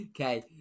okay